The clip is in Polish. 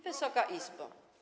Wysoka Izbo!